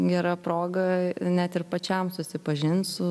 gera proga net ir pačiam susipažint su